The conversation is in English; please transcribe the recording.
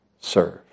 serve